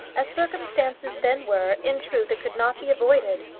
as circumstances then were, in truth it could not be avoided.